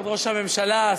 ראש הממשלה,